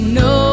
no